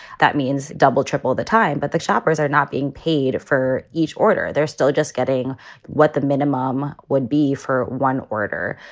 that means double, triple the time. but the shoppers are not being paid for each order. they're still just getting what the minimum would be for one order.